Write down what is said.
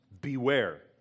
Beware